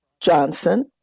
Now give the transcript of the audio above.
Johnson